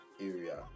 area